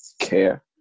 care